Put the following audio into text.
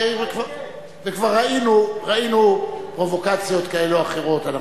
כבר ראינו פרובוקציות כאלה או אחרות.